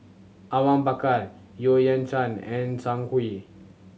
Awang Bakar Yeo Kian Chai and Zhang Hui